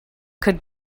could